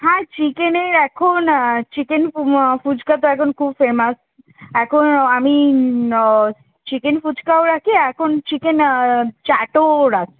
হ্যাঁ চিকেনের এখন চিকেন ফু ফুচকা তো এখন খুব ফেমাস এখন আমি ন চিকেন ফুচকাও রাখি এখন চিকেন চাটও রাখি